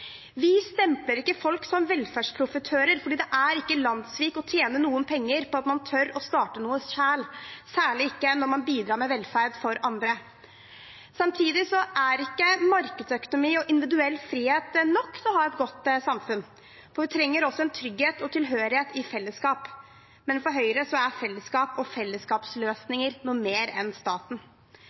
Vi stempler ikke folk som velferdsprofitører, for det er ikke landssvik å tjene penger på noe man tør å starte selv, særlig ikke når man bidrar med velferd for andre. Samtidig er ikke markedsøkonomi og individuell frihet nok til å ha et godt samfunn. Vi trenger også trygghet og tilhørighet i fellesskap. Men for Høyre er fellesskap og fellesskapsløsninger noe mer enn staten.